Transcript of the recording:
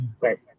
Right